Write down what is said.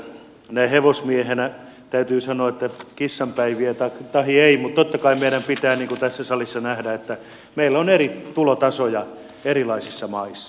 näin hevosmiehenä täytyy sanoa että kissanpäiviä tahi ei mutta totta kai meidän pitää tässä salissa nähdä että meillä on eri tulotasoja erilaisissa maissa